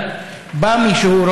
בא מישהו,